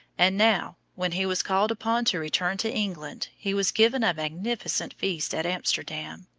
and now, when he was called upon to return to england, he was given a magnificent feast at amsterdam.